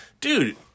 dude